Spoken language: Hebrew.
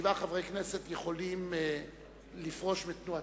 שבעה חברי כנסת יכולים לפרוש מתנועתנו?